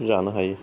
जानो हायो